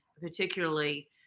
particularly